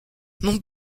mon